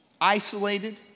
isolated